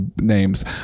names